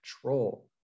control